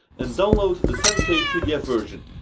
and download the ten k pdf version.